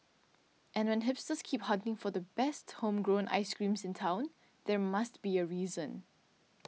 and when hipsters keep hunting for the best homegrown ice creams in town there must be a reason